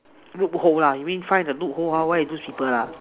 loop hole lah you mean find the loop hole how where those people ah